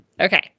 okay